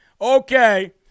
Okay